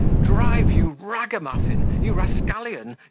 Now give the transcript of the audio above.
drive, you ragamuffin, you rascallion,